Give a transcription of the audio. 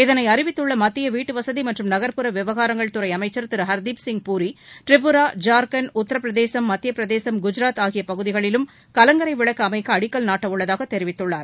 இதனை அறிவித்துள்ள மத்திய வீட்டு வசதி மற்றும் நகர்ப்புற விவகாரங்கள் துறை அமைச்சர் திரு ஹர்தீப் சிங் பூரி திரிபுரா ஜார்க்கண்ட் உத்திரபிரதேசம் மத்திய பிரதேசம் குஜாத் ஆகிய பகுதிகளிலும் கலங்கரை விளக்கு அமைக்க அடிக்கல் நாட்டவுள்ளதாக தெரிவித்துள்ளார்